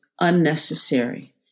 unnecessary